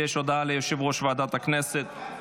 ויש הודעה ליושב-ראש ועדת הכנסת,